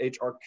HR